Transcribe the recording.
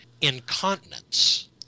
incontinence